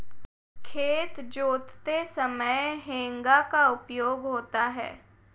खेत जोतते समय हेंगा का उपयोग होता है